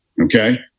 okay